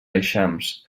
eixams